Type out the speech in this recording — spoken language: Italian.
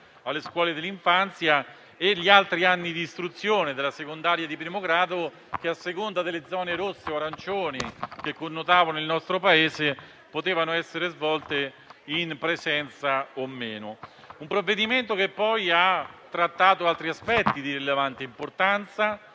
alle scuole dell'infanzia - e gli altri anni di istruzione come la secondaria di primo grado che, a seconda delle zone rosse o arancioni che connotavano il nostro Paese, potevano essere svolte in presenza o meno. Il provvedimento ha poi trattato altri aspetti di rilevante importanza,